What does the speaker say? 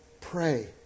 Pray